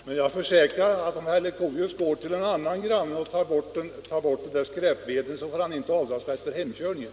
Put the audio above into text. Herr talman! Jag försäkrar att om herr Leuchovius går till en granne och tar bort skräpveden, så får han inte avdragsrätt för hemkörningen.